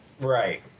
Right